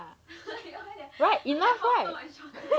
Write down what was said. right enough right